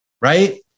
Right